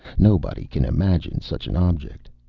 nobody can imagine such an object.